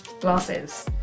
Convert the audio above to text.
glasses